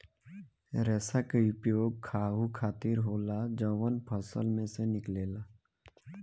रेसा के उपयोग खाहू खातीर होला जवन फल में से निकलेला